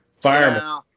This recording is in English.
fireman